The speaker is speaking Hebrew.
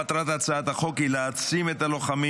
מטרת הצעת החוק היא להעצים את הלוחמים